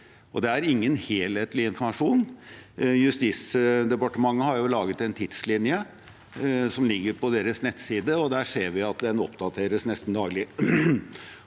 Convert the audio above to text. Det er ingen helhetlig informasjon. Justisdepartementet har laget en tidslinje som ligger på deres nettsider, og vi ser at den oppdateres nesten daglig.